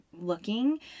looking